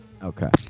Okay